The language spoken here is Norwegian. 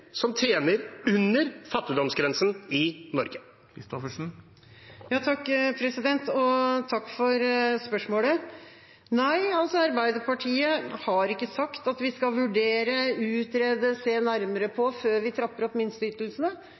som tjener under fattigdomsgrensen i Norge? Takk for spørsmålet. Nei, Arbeiderpartiet har ikke sagt at vi skal vurdere, utrede, se nærmere på før vi trapper opp minsteytelsene.